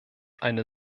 eine